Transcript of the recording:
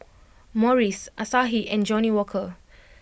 Morries Asahi and Johnnie Walker